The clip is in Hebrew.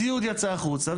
ציוד יצא החוצה,